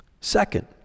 Second